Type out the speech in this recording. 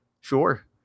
Sure